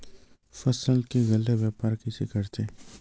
फसल के गल्ला व्यापार कइसे करथे?